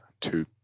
two